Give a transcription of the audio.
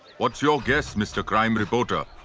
what's your guess, mr. crime reporter?